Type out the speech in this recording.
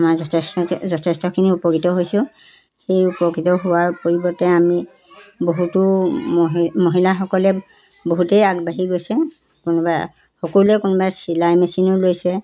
আমাৰ যথেষ্ট যথেষ্টখিনি উপকৃত হৈছোঁ সেই উপকৃত হোৱাৰ পৰিৱৰ্তে আমি বহুতো মহি মহিলাসকলে বহুতেই আগবাঢ়ি গৈছে কোনোবা সকলোৱে কোনোবাই চিলাই মেচিনো লৈছে